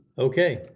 okay,